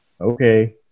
okay